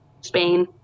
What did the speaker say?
Spain